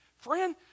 friend